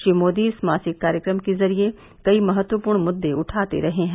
श्री मोदी इस मासिक कार्यक्रम के जरिए कई महत्वपूर्ण मुद्दे उठाते रहे हैं